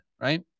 right